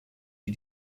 die